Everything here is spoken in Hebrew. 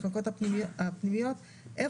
תודה.